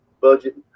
budget